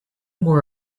more